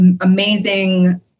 amazing